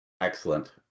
excellent